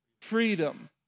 freedom